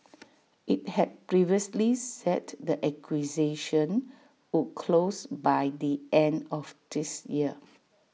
IT had previously said the acquisition would close by the end of this year